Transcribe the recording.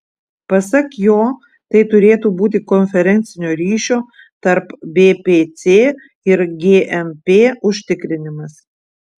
pasak jo tai turėtų būti konferencinio ryšio tarp bpc ir gmp užtikrinimas